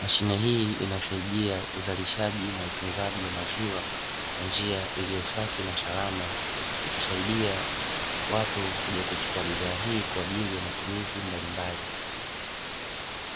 mashine hii inasaidia huzalishaji na utunzaji wa maziwa kwa njia iliyo safi na salama, ikisaidia watu kuja kuchukua bidhaa hii kwa ajili ya matumizi mbalimbali.